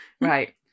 right